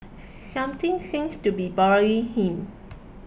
something seems to be bothering him